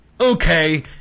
Okay